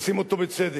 עושים אותו בצדק,